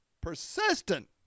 Persistent